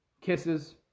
Kisses